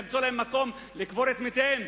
למצוא להם מקום לקבור את מתיהם.